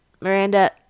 Miranda